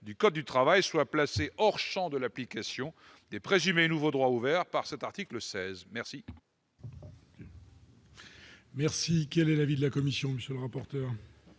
du code du travail soit placé hors Champ de l'application des présumés nouveau droit ouvert par cet article 16 merci.